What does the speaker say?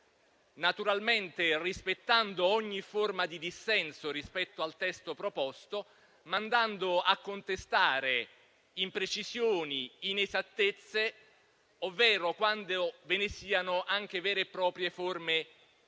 naturalmente rispettando ogni forma di dissenso rispetto al testo proposto, ma andando a contestare imprecisioni e inesattezze ovvero, quando ve ne siano, anche vere e proprie forme di ipocrisia.